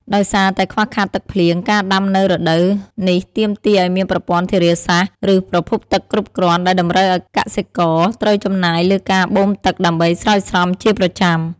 ដោយសារតែខ្វះខាតទឹកភ្លៀង ការដាំនៅរដូវនេះទាមទារឱ្យមានប្រព័ន្ធធារាសាស្ត្រ ឬ ប្រភពទឹកគ្រប់គ្រាន់ ដែលតម្រូវឱ្យកសិករត្រូវចំណាយលើការបូមទឹកដើម្បីស្រោចស្រពជាប្រចាំ។